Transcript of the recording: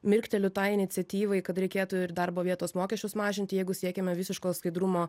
mirkteliu tai iniciatyvai kad reikėtų ir darbo vietos mokesčius mažinti jeigu siekiame visiško skaidrumo